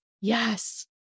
Yes